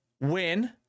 win